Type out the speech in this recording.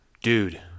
dude